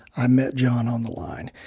i met john on the line,